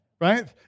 right